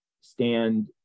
stand